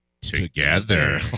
together